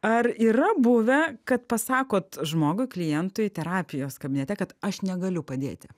ar yra buvę kad pasakot žmogui klientui terapijos kabinete kad aš negaliu padėti